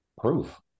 proof